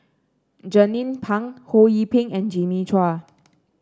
Jernnine Pang Ho Yee Ping and Jimmy Chua